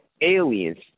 aliens